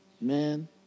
Man